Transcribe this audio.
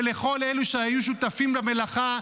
ולכל אלו שהיו שותפים למלאכה.